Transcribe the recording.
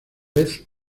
vez